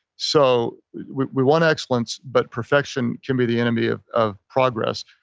so we we want excellence, but perfection can be the enemy of of progress.